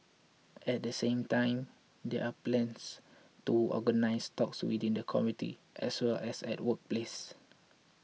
at the same time there are plans to organise talks within the community as well as at workplace